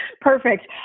Perfect